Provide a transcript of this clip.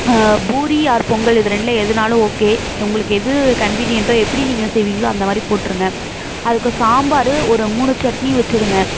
பூரி ஆர் பொங்கல் இது ரெண்டில் எதுனாலும் ஓகே உங்களுக்கு எது கன்வீனியன்ட்டோ எப்படி நீங்கள் செய்வீங்களோ அந்த மாதிரி போட்டுருங்க அதுக்கு சாம்பார் ஒரு மூணு சட்னி வைச்சிருங்க